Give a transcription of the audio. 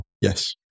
Yes